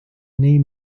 name